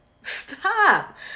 stop